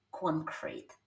concrete